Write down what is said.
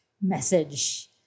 message